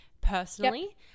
personally